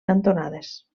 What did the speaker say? cantonades